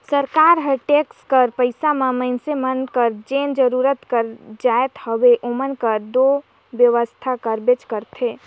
सरकार हर टेक्स कर पइसा में मइनसे मन कर जेन जरूरत कर जाएत हवे ओमन कर दो बेवसथा करबेच करथे